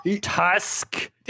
Tusk